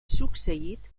succeït